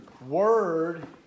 word